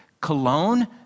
cologne